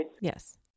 Yes